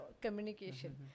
communication